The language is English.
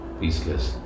peaceless